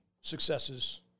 successes